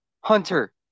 Hunter